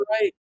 right